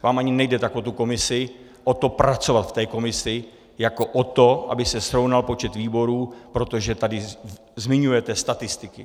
Vám ani nejde tak o tu komisi, o to pracovat v té komisi, jako o to, aby se srovnal počet výborů, protože tady zmiňujete statistiky.